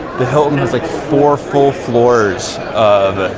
the hilton was like four full floors of